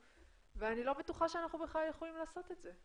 ואני לא בטוחה שאנחנו יכולים לעשות את זה.